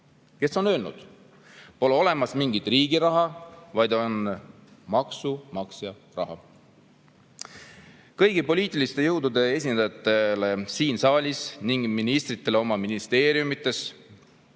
kes on öelnud: "Pole olemas mingit riigi raha, vaid on maksumaksja raha." Kõigi poliitiliste jõudude esindajatele siin saalis ning ministritele oma ministeeriumides,